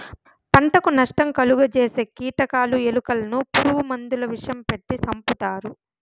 పంటకు నష్టం కలుగ జేసే కీటకాలు, ఎలుకలను పురుగు మందుల విషం పెట్టి సంపుతారు